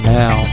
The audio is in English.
now